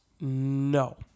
No